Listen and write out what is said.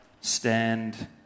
stand